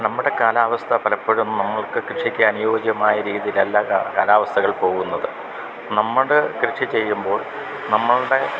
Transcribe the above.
നമ്മുടെ കാലാവസ്ഥ പലപ്പോഴും നമ്മൾക്ക് കൃഷിക്ക് അനുയോജ്യമായ രീതിയിൽ അല്ല കാലാവസ്ഥകൾ പോകുന്നത് നമ്മുടെ കൃഷി ചെയ്യുമ്പോൾ നമ്മളുടെ